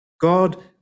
God